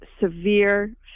severe